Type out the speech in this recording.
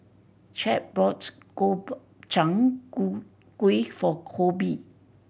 Chadd bought Gobchang gu gui for Coby